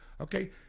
Okay